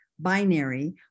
binary